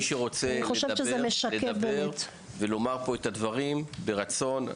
מי שרוצה לדבר ולומר פה את הדברים, ברצון.